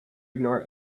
ignore